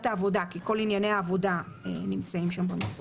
העבודה כי כל ענייני העבודה נמצאים שם במשרד.